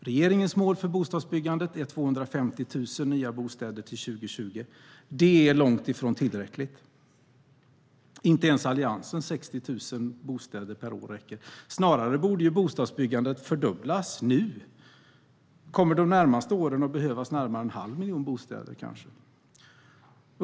Regeringens mål för bostadsbyggandet är 250 000 nya bostäder till 2020. Det är långt ifrån tillräckligt. Inte ens Alliansens 60 000 bostäder per år räcker. Snarare borde bostadsbyggandet fördubblas, nu . Det kommer de närmaste åren att behövas kanske närmare en halv miljon bostäder.